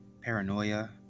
Paranoia